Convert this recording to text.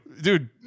dude